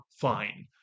fine